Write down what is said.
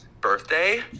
birthday